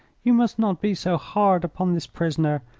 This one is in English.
you must not be so hard upon this prisoner.